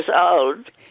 old